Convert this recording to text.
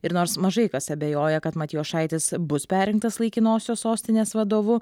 ir nors mažai kas abejoja kad matijošaitis bus perrinktas laikinosios sostinės vadovu